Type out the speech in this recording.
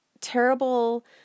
terrible